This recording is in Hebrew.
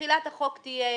תחילת החוק תהיה